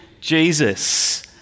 Jesus